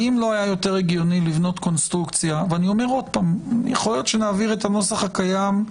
שיכול להיות שנעביר את הנוסח הקיים,